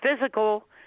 physical